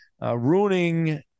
ruining